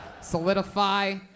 Solidify